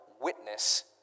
witness